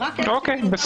רק כאלה שפעילותם מותרת.